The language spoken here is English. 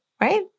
Right